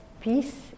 peace